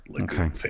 Okay